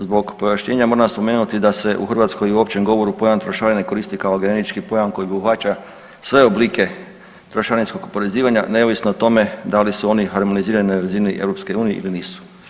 Zbog pojašnjenja moram spomenuti da se u Hrvatskoj u općem govoru pojam trošarine koristi kao ograničen pojam koji obuhvaća sve oblike trošarinskog oporezivanja neovisno o tome da li su oni harmonizirani na razini Europske Unije ili nisu.